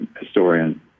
historian